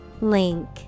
link